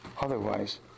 Otherwise